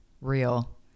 real